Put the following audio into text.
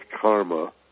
karma